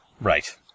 right